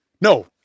No